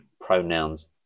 pronouns